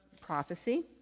prophecy